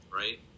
right